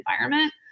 environment